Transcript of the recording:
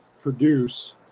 produce